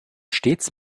stets